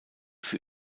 für